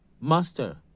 Master